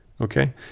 Okay